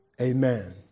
Amen